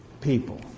people